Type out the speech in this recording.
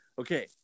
okay